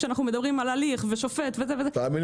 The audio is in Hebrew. כשאנחנו מדברים על הליך ושופט --- תאמיני